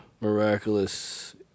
miraculous